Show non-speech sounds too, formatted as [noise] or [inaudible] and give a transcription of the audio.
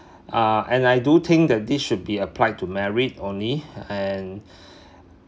uh and I do think that this should be applied to married only and [breath]